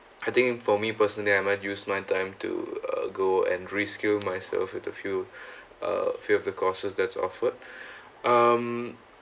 I think for me personally I might use my time to uh go and re-skill myself with a few uh few of the courses that's offered um